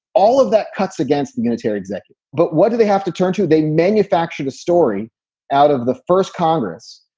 all of that cuts against the unitary executive. but what do they have to turn to? they manufactured a story out of the first congress.